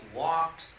walked